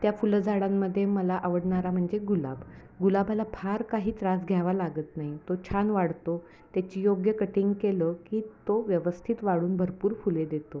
त्या फुलझाडांमध्ये मला आवडणारा म्हणजे गुलाब गुलाबाला फार काही त्रास घ्यावा लागत नाही तो छान वाढतो त्याची योग्य कटिंग केलं की तो व्यवस्थित वाढून भरपूर फुले देतो